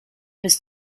bis